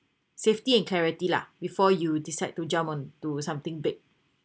safety and clarity lah before you decide to jump onto something big